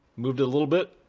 moved it a little bit.